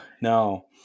no